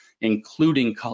including